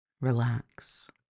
relax